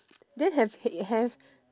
then have have